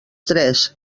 tres